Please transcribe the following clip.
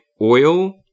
oil